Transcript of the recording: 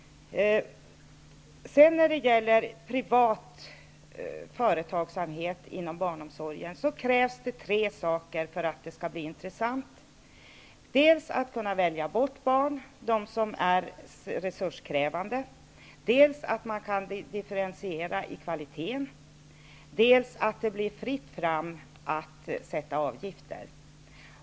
Beträffande privat företagsamhet inom barnomsorgen: Det krävs tre saker för att det skall bli intressant. Dels måste man kunna välja bort barn som är resurskrävande, dels måste man kunna differentiera i kvaliteten, dels måste det bli fritt fram att sätta avgifter.